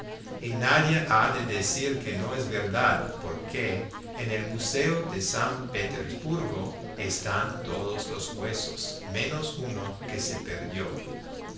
y nadie ha de decir que no es verdad porque en el museo de san petersburgo están todos los huesos menos uno que se perdió